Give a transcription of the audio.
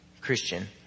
Christian